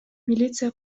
милиция